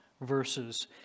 verses